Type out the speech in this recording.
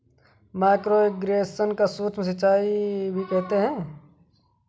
micro irrigation को सूक्ष्म सिंचाई भी कहते हैं